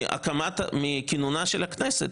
מכינונה של הכנסת,